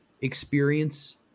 experience